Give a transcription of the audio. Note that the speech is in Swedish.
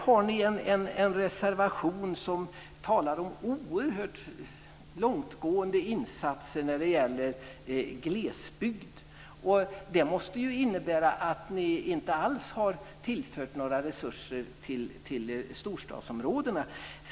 Men ni har en reservation där ni talar om oerhört långtgående insatser när det gäller glesbygd. Det måste innebära att ni inte alls har tillfört några resurser till storstadsområdena.